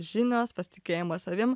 žinios pasitikėjimas savim